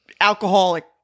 alcoholic